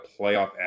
playoff